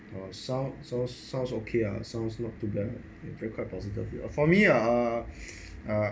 uh sound sounds okay ah sounds not too bad ah quite uh for me ah